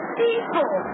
people